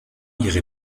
ihre